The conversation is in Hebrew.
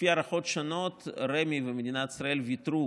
לפי הערכות שונות, רמ"י ומדינת ישראל ויתרו